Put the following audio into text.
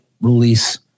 release